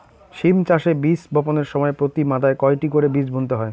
সিম চাষে বীজ বপনের সময় প্রতি মাদায় কয়টি করে বীজ বুনতে হয়?